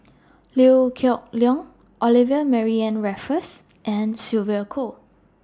Liew Geok Leong Olivia Mariamne Raffles and Sylvia Kho